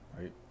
right